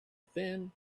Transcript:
thin